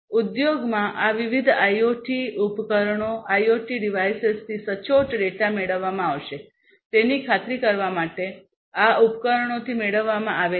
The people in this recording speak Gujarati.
ઉદ્યોગમાં આ વિવિધ આઇઓટી ઉપકરણો આઇઓઓટી ડિવાઇસેસથી સચોટ ડેટા મેળવવામાં આવશે તેની ખાતરી કરવા માટે આ ઉપકરણોથી મેળવવામાં આવે છે